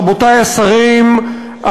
רבותי השרים,